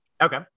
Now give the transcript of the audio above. Okay